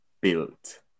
built